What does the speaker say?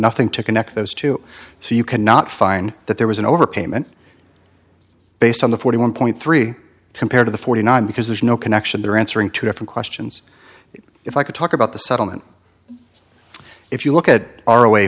nothing to connect those two so you cannot find that there was an overpayment based on the forty one point three compared to the forty nine because there's no connection there answering two different questions if i could talk about the settlement if you look at our away